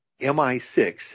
MI6